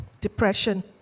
depression